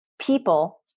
people